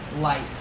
life